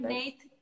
Nate